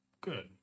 good